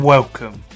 Welcome